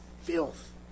filth